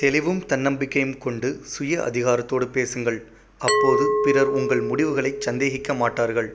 தெளிவும் தன்னம்பிக்கையும் கொண்டு சுய அதிகாரத்தோடு பேசுங்கள் அப்போது பிறர் உங்கள் முடிவுகளைச் சந்தேகிக்க மாட்டார்கள்